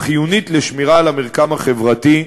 חיונית לשמירה על המרקם החברתי,